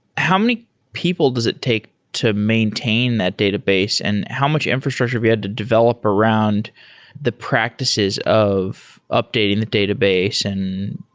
how many people does it take to maintain that database and how much infrastructure we had to develop around the practices of updating the database and